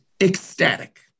Ecstatic